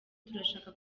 turashaka